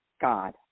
God